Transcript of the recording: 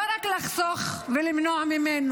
לא רק לחסוך ולמנוע מהם,